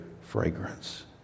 fragrance